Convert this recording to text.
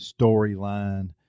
storyline